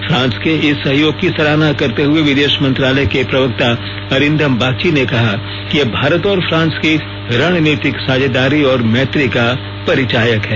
France के इस सहयोग की सराहना करते हुए विदेश मंत्रालय के प्रवक्ता अरिंदम बागची ने कहा कि यह भारत और फ्रांस की रणनीतिक साझेदारी और मैत्री का परिचायक है